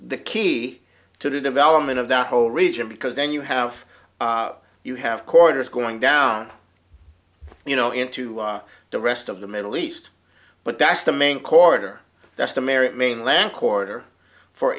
the key to the development of the whole region because then you have you have corridors going down you know into the rest of the middle east but that's the main corridor that's the marriott mainland quarter for